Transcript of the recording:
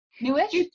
Newish